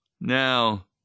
Now